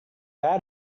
out